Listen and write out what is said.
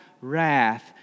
wrath